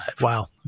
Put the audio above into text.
Wow